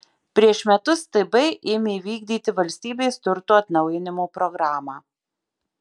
prieš metus tb ėmė vykdyti valstybės turto atnaujinimo programą